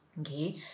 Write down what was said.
Okay